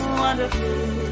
wonderful